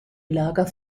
lager